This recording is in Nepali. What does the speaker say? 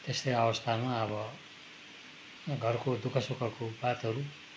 त्यस्तै अवस्थामा अब घरको दुःखसुखको बातहरू